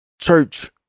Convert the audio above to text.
church